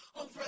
over